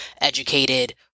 educated